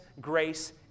grace